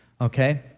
okay